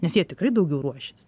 nes jie tikrai daugiau ruošias